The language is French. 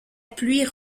pluie